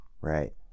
right